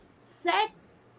sex